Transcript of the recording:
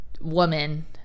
woman